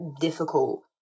difficult